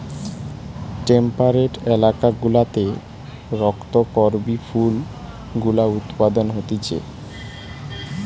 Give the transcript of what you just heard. temperate এলাকা গুলাতে রক্ত করবি ফুল গুলা উৎপাদন হতিছে